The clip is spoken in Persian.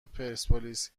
پرسپولیس